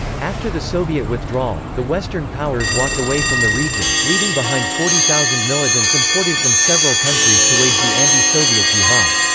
after the soviet withdrawal, the western powers walked away from the region, leaving behind forty thousand militants imported from several countries to wage the anti-soviet jihad.